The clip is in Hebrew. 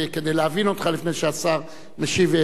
כדי להבין אותך לפני שהשר משיב,